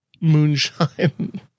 moonshine